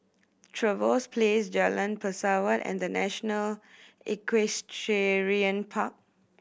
Trevose Place Jalan Pesawat and The National Equestrian Park